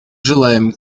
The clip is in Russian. желаем